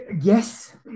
Yes